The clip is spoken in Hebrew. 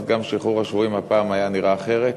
אז גם שחרור השבויים הפעם היה נראה אחרת.